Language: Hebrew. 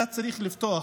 והיה צריך לפתוח